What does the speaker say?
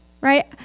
Right